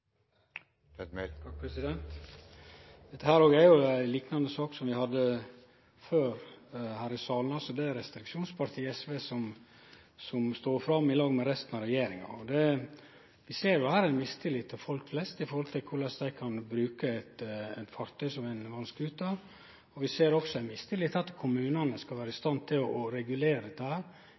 er. Dette er ei liknande sak som vi har hatt før her i salen: Det er restriksjonspartiet SV som står fram i lag med resten av regjeringa. Vi ser her ein mistillit til folk flest med tanke på korleis dei kan bruke eit fartøy som ein vass-skuter. Vi ser òg mistillit til at kommunane skal vere i stand til å regulere